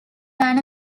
than